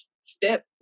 step